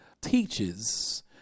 teaches